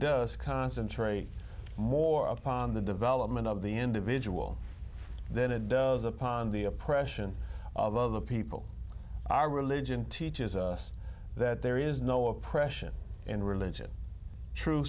does concentrate more upon the development of the individual than it does upon the oppression of other people our religion teaches us that there is no oppression in religion tru